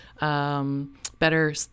Better